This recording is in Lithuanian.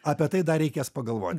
apie tai dar reikės pagalvot